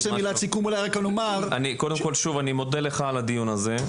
מודה לך על הדיון הזה.